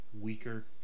weaker